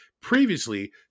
Previously